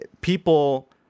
people